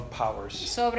powers